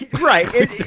Right